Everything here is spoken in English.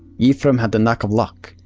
yhprum had the knack of luck,